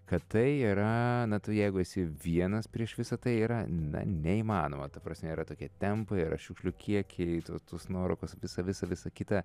kad tai yra na tu jeigu esi vienas prieš visa tai yra na neįmanoma ta prasme yra tokie tempai yra šiukšlių kiekiai tų tos nuorūkos visa visa visa kita